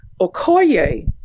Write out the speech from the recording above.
Okoye